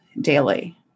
daily